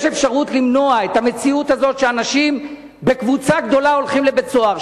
יש אפשרות למנוע את המציאות הזאת שאנשים בקבוצה גדולה הולכים לבית-סוהר,